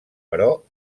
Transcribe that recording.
però